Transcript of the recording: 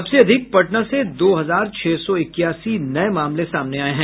सबसे अधिक पटना से दो हजार छह सौ इक्यासी नये मामले सामने आए हैं